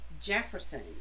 Jefferson